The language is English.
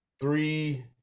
Three